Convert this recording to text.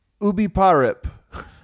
Ubiparip